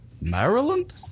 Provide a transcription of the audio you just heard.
Maryland